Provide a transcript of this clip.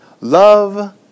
Love